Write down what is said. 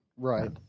Right